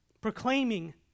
proclaiming